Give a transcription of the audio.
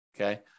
okay